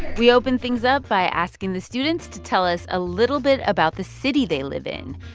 we opened things up by asking the students to tell us a little bit about the city they live in,